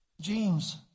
James